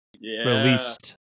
released